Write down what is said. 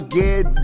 get